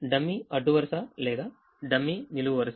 dummy అడ్డు వరుస లేదా డమ్మీ నిలువు వరుస